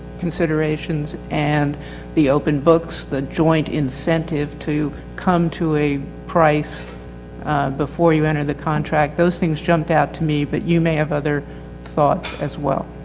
considerations and the open books, the joint incentive to come to a price before you enter the contract, those things jump up to me but you may have other thoughts as well.